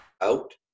out